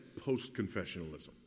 post-confessionalism